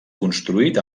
construït